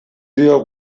dio